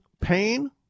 pain